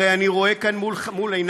הרי אני רואה כאן מול עיני,